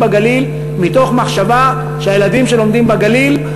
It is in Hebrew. בגליל מתוך מחשבה שהילדים שלומדים בגליל,